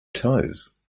toes